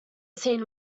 seen